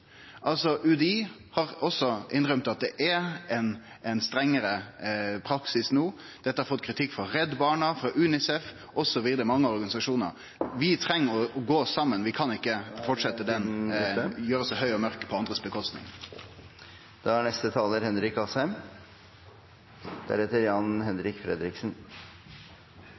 UDI har også innrømt at det er ein strengare praksis no. Dette har fått kritikk frå Redd Barna, frå UNICEF osv. – mange organisasjonar. Vi treng å gå saman, vi kan ikkje fortsetje å gjere oss så høge og